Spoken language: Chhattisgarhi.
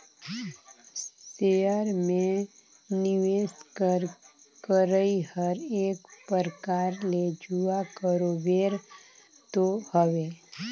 सेयर में निवेस कर करई हर एक परकार ले जुआ बरोबेर तो हवे